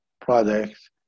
products